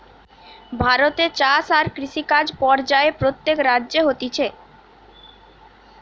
ভারতে চাষ আর কৃষিকাজ পর্যায়ে প্রত্যেক রাজ্যে হতিছে